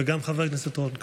וגם חבר הכנסת רון כץ.